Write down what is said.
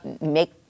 make